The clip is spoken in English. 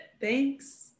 Thanks